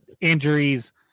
injuries